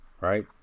right